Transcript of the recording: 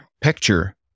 picture